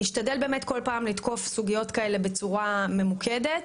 נשתדל לתקוף כל פעם סוגיות כאלה בצורה ממוקדת.